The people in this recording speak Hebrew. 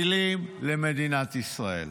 טילים למדינת ישראל.